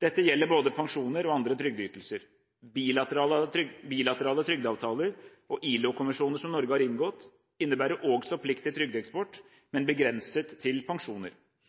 Dette gjelder både pensjoner og andre trygdeytelser. Bilaterale trygdeavtaler og ILO-konvensjoner som Norge har inngått, innebærer også plikt til trygdeeksport, men begrenset til pensjoner.